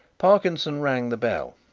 parkinson rang the bell,